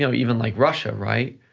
even like russia, right?